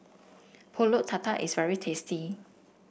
pulut Tatal is very tasty